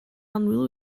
annwyl